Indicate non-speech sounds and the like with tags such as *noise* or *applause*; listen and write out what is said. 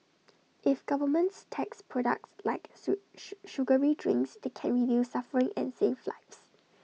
if governments tax products like sue *unintelligible* sugary drinks they can reduce suffering and save lives